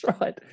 right